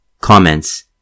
Comments